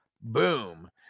Boom